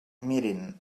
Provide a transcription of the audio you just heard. mirin